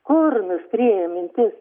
kur nuskriejo mintis